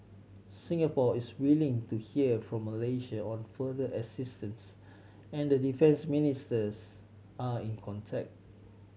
Singapore is waiting to hear from Malaysia on further assistance and the defence ministers are in contact